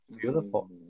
Beautiful